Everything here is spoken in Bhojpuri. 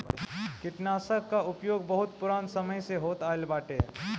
कीटनाशकन कअ उपयोग बहुत पुरान समय से होत आइल बाटे